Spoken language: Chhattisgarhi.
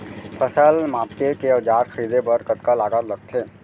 फसल मापके के औज़ार खरीदे बर कतका लागत लगथे?